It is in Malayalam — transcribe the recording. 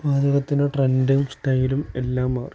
പാചകത്തിൻ്റെ ട്രെൻഡും സ്റ്റൈലും എല്ലാം മാറും